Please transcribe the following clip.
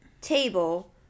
table